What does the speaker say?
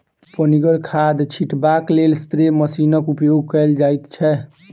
पनिगर खाद छीटबाक लेल स्प्रे मशीनक उपयोग कयल जाइत छै